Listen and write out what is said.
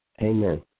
Amen